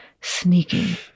sneaking